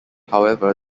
however